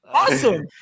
Awesome